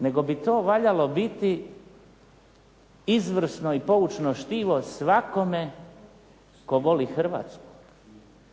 nego bi to valjalo biti izvrsno i poučno štivo svakome tko voli Hrvatsku,